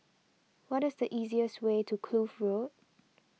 what is the easier's way to Kloof Road